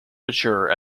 mature